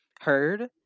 heard